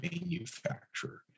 manufacturer